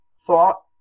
thought